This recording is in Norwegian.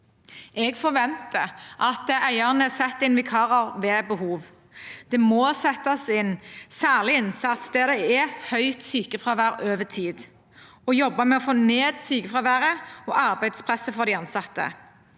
Jeg forventer at eierne setter inn vikarer ved behov. Det må settes inn særlig innsats der det er høyt sykefravær over tid, og jobbes med å få ned sykefraværet og arbeidspresset for de ansatte.